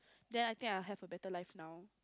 then I think I have a better life now